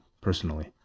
personally